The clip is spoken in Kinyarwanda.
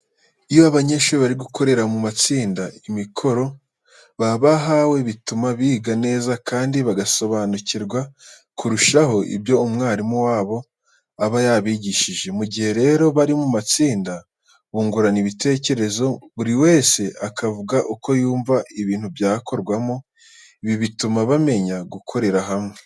Iyo abanyeshuri bari gukorera mu matsinda imikoro baba bahawe bituma biga neza kandi bagasobanukirwa kurushaho ibyo umwarimu wabo aba yabigishije. Mu gihe rero bari mu matsinda, bungurana ibitekerezo buri wese akavuga uko yumva ibintu byakorwamo, ibi bituma bamenya gukorera hamwe.